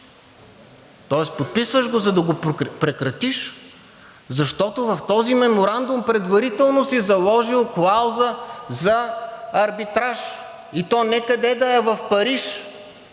Тоест подписваш го, за да го прекратиш, защото в този меморандум предварително си заложил клауза за арбитраж, и то не къде да е, а в Париж.